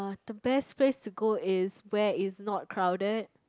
the best place to go is where is not crowded